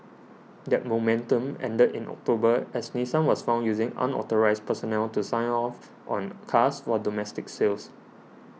that momentum ended in October as Nissan was found using unauthorised personnel to sign off on cars for domestic sales